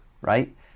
right